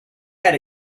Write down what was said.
had